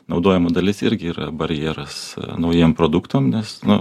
naudojamų dalis irgi yra barjeras naujiem produktam nes nu